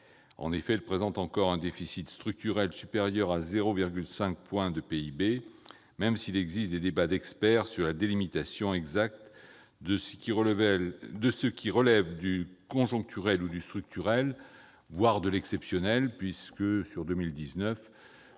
En effet, notre pays présente encore un déficit structurel supérieur à 0,5 point de PIB, même s'il existe des débats d'experts sur la délimitation exacte de ce qui relève respectivement du conjoncturel et du structurel, voire de l'exceptionnel. Ainsi, sur 2019,